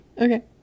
Okay